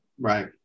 Right